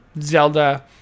Zelda